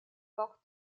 bock